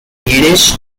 yiddish